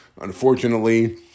unfortunately